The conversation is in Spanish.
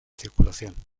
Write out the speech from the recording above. circulación